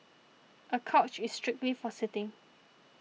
a couch is strictly for sitting